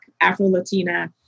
Afro-Latina